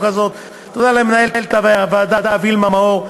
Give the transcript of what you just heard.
הזאת: תודה למנהלת הוועדה וילמה מאור,